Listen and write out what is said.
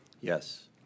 Yes